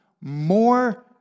more